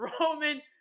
Roman